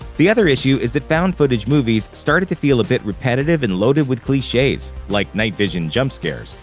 the other issue is that found-footage movies started to feel a bit repetitive and loaded with cliches, like night-vision jump scares.